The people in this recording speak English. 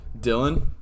Dylan